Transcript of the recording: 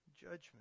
judgment